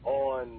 on